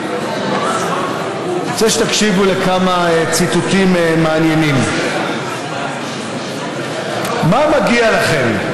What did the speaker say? אני רוצה שתקשיבו לכמה ציטוטים מעניינים: מה מגיע לכם?